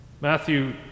Matthew